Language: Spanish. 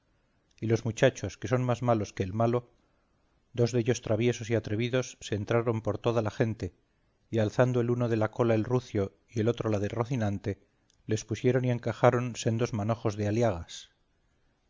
y los muchachos que son más malos que el malo dos dellos traviesos y atrevidos se entraron por toda la gente y alzando el uno de la cola del rucio y el otro la de rocinante les pusieron y encajaron sendos manojos de aliagas